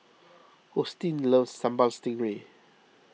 Hosteen loves Sambal Stingray